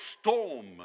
storm